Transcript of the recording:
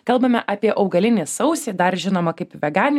kalbame apie augalinį sausį dar žinomą kaip veganių